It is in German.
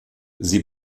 sie